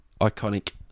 iconic